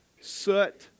soot